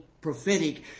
prophetic